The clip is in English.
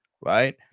right